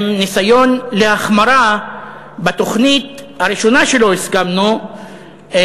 עם ניסיון להחמרה בתוכנית הראשונה שלא הסכמנו לה,